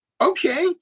Okay